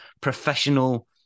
professional